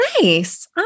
Nice